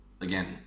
again